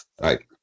Right